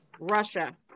Russia